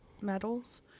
medals